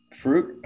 fruit